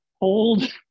hold